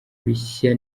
bishya